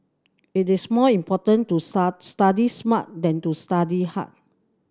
it is more important to study smart than to study hard